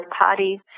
parties